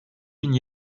bin